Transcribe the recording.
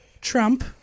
Trump